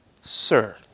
sir